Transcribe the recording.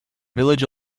village